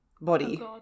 body